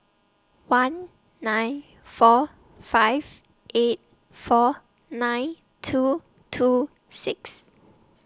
one nine four five eight four nine two two six